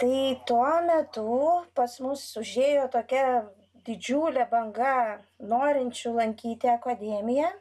tai tuo metu pas mus užėjo tokia didžiulė banga norinčių lankyti akademiją